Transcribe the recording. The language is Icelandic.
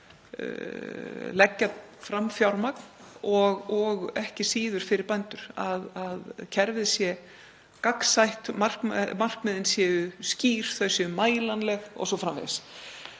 leggja fram fjármagn, og ekki síður bændum; að kerfið sé gagnsætt, markmiðin séu skýr, þau séu mælanleg o.s.frv.